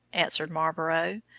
answered marlborough,